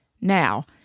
Now